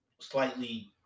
slightly